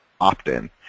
opt-in